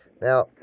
Now